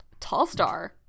Tallstar